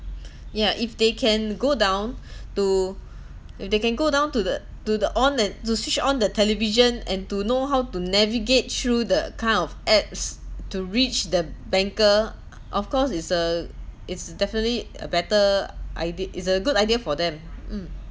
ya if they can go down to if they can go down to the to the on and to switch on the television and to know how to navigate through the kind of ads to reach the banker of course it's a it's definitely a better idea it's a good idea for them mm